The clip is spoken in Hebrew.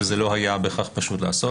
ולא היה פשוט לעשות.